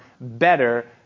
better